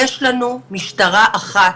יש לנו משטרה אחת.